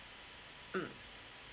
mm